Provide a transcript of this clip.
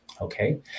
Okay